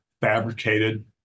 fabricated